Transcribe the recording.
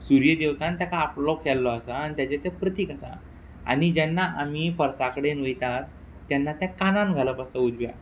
सूर्य देवतान ताका आपलो केल्लो आसा आन तेजें तें प्रतीक आसा आनी जेन्ना आमी परसा कडेन वयतात तेन्ना तें कानान घालप आसता उजव्या